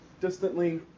distantly